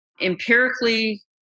empirically